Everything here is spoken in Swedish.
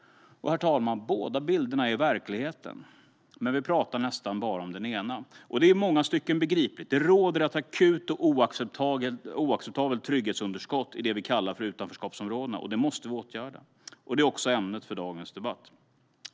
Och, herr talman, båda bilderna är verkligheten, men vi talar nästan bara om den ena. Det är i många stycken begripligt. Det råder ett akut och oacceptabelt trygghetsunderskott i det vi kallar utanförskapsområdena, och det måste vi åtgärda, vilket också är ämnet för dagens debatt.